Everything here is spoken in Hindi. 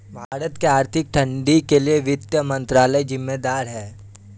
भारत में आर्थिक तंगी के लिए वित्त मंत्रालय ज़िम्मेदार है